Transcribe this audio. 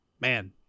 man